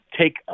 take